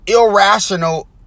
irrational